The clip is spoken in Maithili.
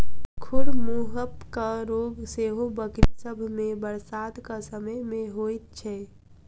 खुर मुँहपक रोग सेहो बकरी सभ मे बरसातक समय मे होइत छै